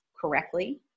correctly